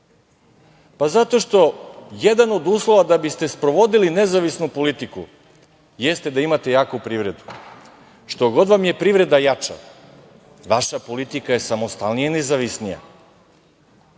Pa, zato što jedna od uslova da biste sprovodili nezavisnu politiku jeste da imate jaku privredu. Što god vam je privreda jača, vaša politika je samostalnija i nezavisnija.